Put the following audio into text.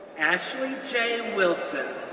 ashley j. and wilson,